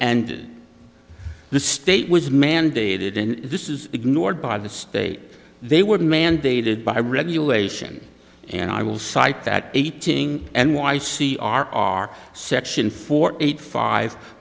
and the state was mandated and this is ignored by the state they would mandated by regulation and i will cite that ating n y c r r section four eight five